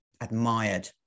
admired